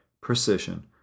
precision